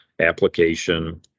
application